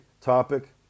topic